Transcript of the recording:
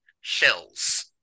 shells